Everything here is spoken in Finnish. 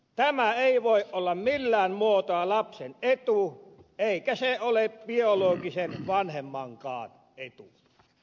tämä ei voi olla millään muotoa lapsen etu eikä se ole biologisen vanhemmankaan etu